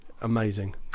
amazing